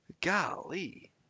Golly